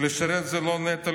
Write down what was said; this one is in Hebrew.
"לשרת זה לא נטל,